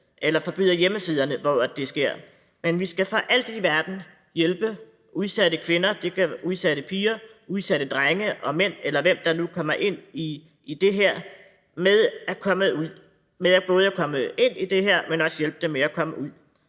eller forbyder hjemmesiderne, hvor det sker. Men vi skal for alt i verden hjælpe udsatte kvinder, udsatte piger, udsatte drenge og mænd, eller hvem der nu kommer ind i det her, med at komme ud. Og der er også den her væsentlige problemstilling,